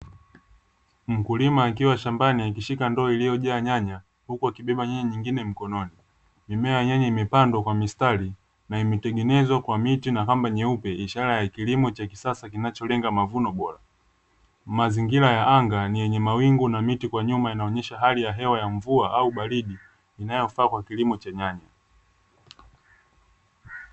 Mkulima akiwa shambani akishika ndoo iliyojaa nyanya huku akibeba nyanya nyingine mkononi, mimea ya nyanya imepandwa kwa mistari na imetengenezwa kwa miti na kamba nyeupe ishara ya kilimo cha kisasa kinacholenga mavuno bora, mazingira ya anga ni yenye mawingu na miti kwa nyuma inaonyesha hali ya hewa ya mvua au baridi inayofaa kwa kilimo cha nyanya.